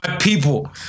people